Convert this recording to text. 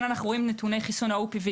פה רואים נתוני חיסון OPV,